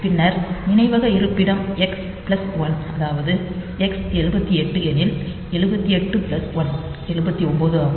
பின்னர் நினைவக இருப்பிடம் எக்ஸ் பிளஸ் 1 அதாவது எக்ஸ் 78 எனில் 78 பிளஸ் 1 79 ஆகும்